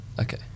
Okay